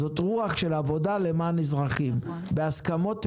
זאת רוח של עבודה למען אזרחים, בהסכמות מלאות,